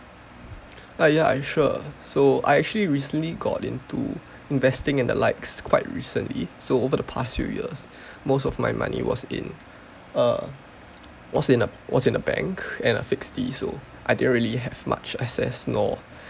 uh ya I sure so I actually recently got into investing in the likes quite recently so over the past few years most of my money was in uh was in a was in a bank and a fixed D so I didn't really have much access nor